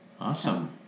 Awesome